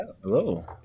hello